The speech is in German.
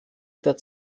der